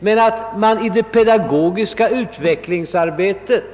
Man skall dock i det pedagogiska utvecklingsarbetet